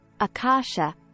akasha